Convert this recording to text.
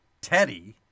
Teddy